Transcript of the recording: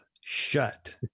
shut